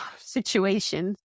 situations